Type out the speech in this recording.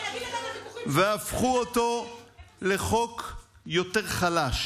והפכו אותו לחוק יותר חלש.